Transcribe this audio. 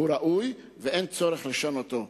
הוא ראוי ואין צורך לשנותו.